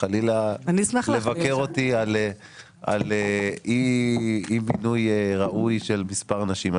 חלילה לבקר אותי על אי מינוי ראוי של מספר נשים.